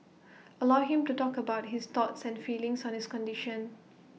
allow him to talk about his thoughts and feelings on his condition